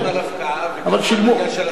גם על הפקעה, אבל שילמו, וגם בקשר לסביבה.